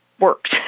Works